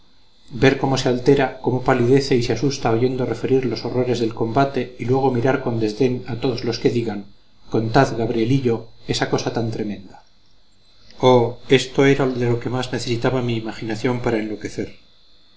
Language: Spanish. ver cómo se altera cómo palidece y se asusta oyendo referir los horrores del combate y luego mirar con desdén a todos los que digan contad gabrielito esa cosa tan tremenda oh esto era más de lo que necesitaba mi imaginación para enloquecer